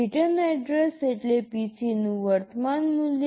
return address એટલે PC નું વર્તમાન મૂલ્ય